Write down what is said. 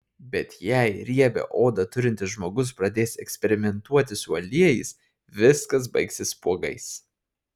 bet jei riebią odą turintis žmogus pradės eksperimentuoti su aliejais viskas baigsis spuogais